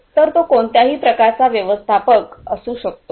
तर तो कोणत्याही प्रकारचा व्यवस्थापक असू शकतो